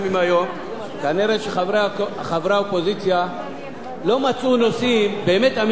כנראה חברי האופוזיציה לא מצאו נושאים באמת אמיתיים שהממשלה חלשה בהם,